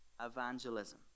evangelism